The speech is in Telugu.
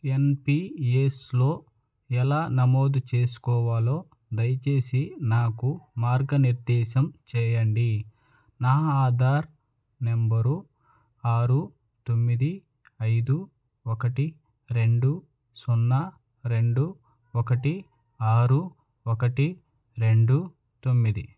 ఎన్పిఏస్లో ఎలా నమోదు చేసుకోవాలో దయచేసి నాకు మార్గనిర్దేశం చేయండి నా ఆధార్ నెంబరు ఆరు తొమ్మిది ఐదు ఒకటి రెండు సున్నా రెండు ఒకటి ఆరు ఒకటి రెండు తొమ్మిది